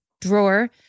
drawer